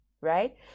right